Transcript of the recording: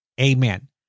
Amen